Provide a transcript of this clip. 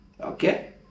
Okay